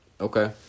Okay